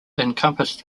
encompassed